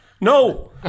No